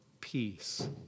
peace